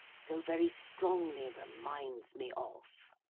so very strongly reminds me of?